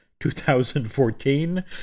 2014